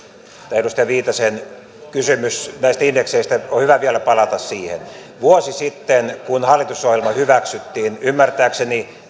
edustaja viitasen kysymys näistä indekseistä on hyvä vielä palata siihen vuosi sitten kun hallitusohjelma hyväksyttiin ymmärtääkseni